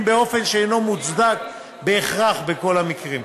באופן שאינו מוצדק בהכרח בכל המקרים.